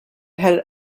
had